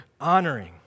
honoring